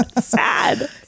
Sad